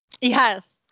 Yes